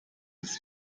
ist